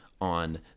on